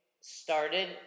started